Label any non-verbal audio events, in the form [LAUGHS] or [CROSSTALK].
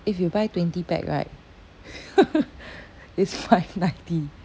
if you buy twenty pack right [LAUGHS] it's five ninety